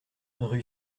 rue